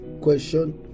question